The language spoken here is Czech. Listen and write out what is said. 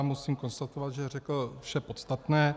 Musím konstatovat, že řekl vše podstatné.